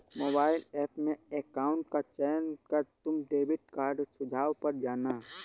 mobile app में account का चयन कर तुम डेबिट कार्ड सुझाव पर जाना